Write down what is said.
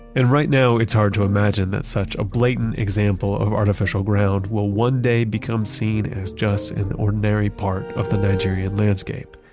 and right now it's hard to imagine that such a blatant example of artificial ground will one day become seen as just an ordinary part of the nigerian landscape.